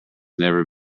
never